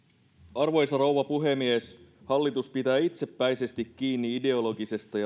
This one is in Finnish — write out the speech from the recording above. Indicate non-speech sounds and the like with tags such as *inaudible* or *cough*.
arvoisa rouva puhemies hallitus pitää itsepäisesti kiinni ideologisesta *unintelligible*